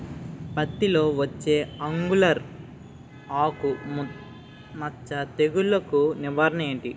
పత్తి లో వచ్చే ఆంగులర్ ఆకు మచ్చ తెగులు కు నివారణ ఎంటి?